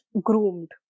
groomed